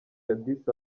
addis